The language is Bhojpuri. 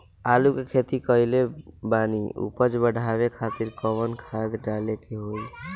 आलू के खेती कइले बानी उपज बढ़ावे खातिर कवन खाद डाले के होई?